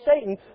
Satan